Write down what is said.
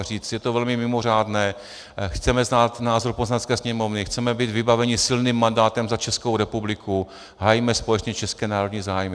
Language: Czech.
A říct: je to velmi mimořádné, chceme znát názor Poslanecké sněmovny, chceme být vybaveni silným mandátem za Českou republiku, hájíme společně české národní zájmy.